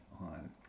on